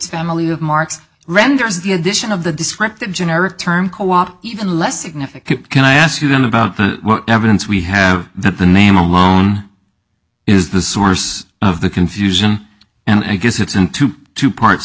family of marks renders the edition of the descriptive generic term co op even less significant can i ask you then about the evidence we have that the name alone is the source of the confusion and it gets into two parts